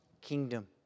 kingdom